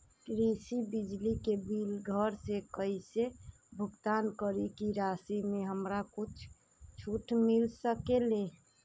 कृषि बिजली के बिल घर से कईसे भुगतान करी की राशि मे हमरा कुछ छूट मिल सकेले?